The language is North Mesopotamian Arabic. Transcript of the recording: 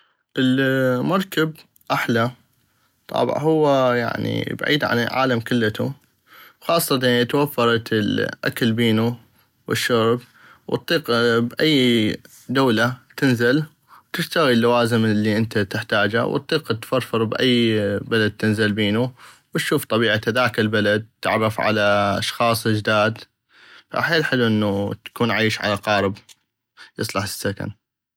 المركب احلا طابع هو بعيد عن العالم كلتو خاصة اذا توفرت الاكل بينو والشرب واطيق باي دولة تنزل وتشتغي اللوازم الي انت تحتاجا واطيق تفرفر ب اي بلد تنزل بينو وتشوف طبيعة هذاك البلد وتتعرف اشخاص جداد حيل حلو تكون عيش على قارب يصلح للسكن.